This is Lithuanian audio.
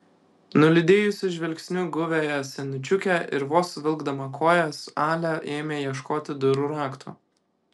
nulydėjusi žvilgsniu guviąją senučiukę ir vos vilkdama kojas alia ėmė ieškoti durų rakto